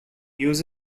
use